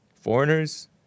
Foreigners